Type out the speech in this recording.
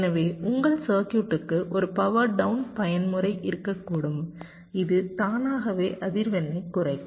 எனவே உங்கள் சர்க்யூட்க்கு ஒரு பவர் டவுன் பயன்முறை இருக்கக்கூடும் இது தானாகவே அதிர்வெண்ணைக் குறைக்கும்